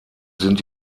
sind